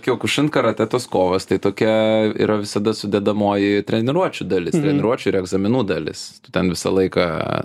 kiokušin karatė tos kovos tai tokia yra visada sudedamoji treniruočių dalis treniruočių ir egzaminų dalis tu ten visą laiką